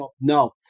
No